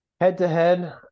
Head-to-head